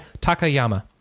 Takayama